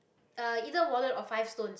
uh either wallet or five stones